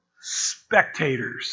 spectators